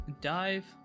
dive